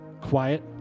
Quiet